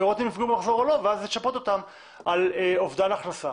לראות אם נפגעו במחזור או לא ואז לשפות אותם על אובדן הכנסה